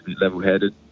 level-headed